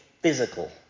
physical